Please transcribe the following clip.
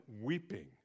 weeping